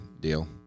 deal